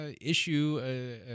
issue